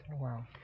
Wow